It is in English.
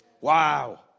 Wow